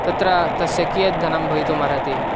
तत्र तस्य कियत् धनं भवितुम् अर्हति